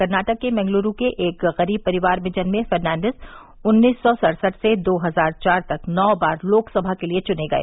कर्नाटक के मंगलूरू के एक गरीब परिवार में जन्मे फर्नाडिज उन्नीस सौ सड़सठ से दो हजार चार तक नौ बार लोकसभा के लिए चुने गए